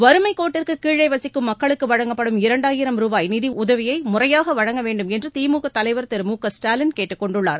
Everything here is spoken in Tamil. வறுமைக் கோட்டிற்கு கீழே வசிக்கும் மக்களுக்கு வழங்கப்படும் இரண்டாயிரம் ரூபாய் நிதியுதவியை முறையாக வழங்க வேண்டும் என்று திமுக தலைவா் திரு மு க ஸ்டாலின் கேட்டுக்கொண்டுள்ளார்